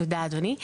תודה אדוני.